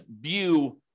view